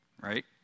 Right